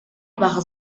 baja